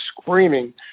screaming